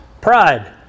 Pride